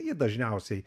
ji dažniausiai